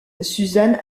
suzanne